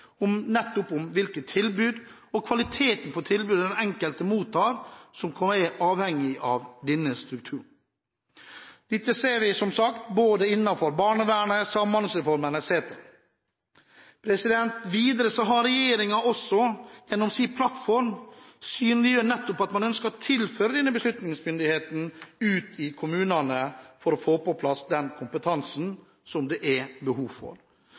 om at når det gjelder kommunegrensene, så er en viktig faktor i dag nettopp hvilke tilbud – og kvaliteten på tilbudet – den enkelte mottar, noe som kan være avhengig av denne strukturen. Dette ser vi som sagt både innenfor barnevernet, Samhandlingsreformen, etc. Videre synliggjør regjeringen også gjennom sin plattform at man ønsker å tilføre kommunene denne beslutningsmyndigheten for å få på plass den kompetansen som det er behov for.